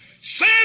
say